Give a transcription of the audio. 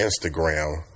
Instagram